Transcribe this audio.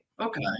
Okay